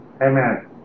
Amen